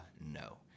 no